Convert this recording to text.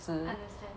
understand